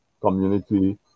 community